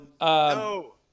No